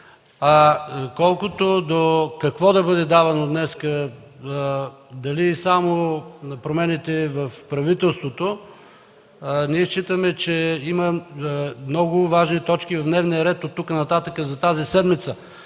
Колкото до това какво да бъде давано днес – дали само промените в правителството, ние считаме, че има много важни точки в дневния ред от тук нататък за тази седмица.